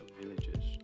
villages